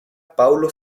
paulo